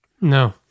No